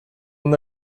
una